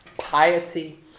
piety